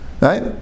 right